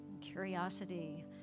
curiosity